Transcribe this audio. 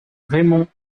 raymond